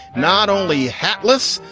not only heartless,